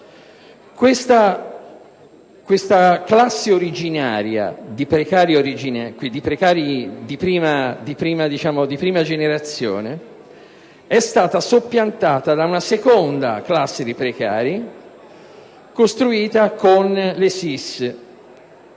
Questa classe originaria di precari di prima generazione è stata soppiantata da una seconda classe di precari originatasi con le SSIS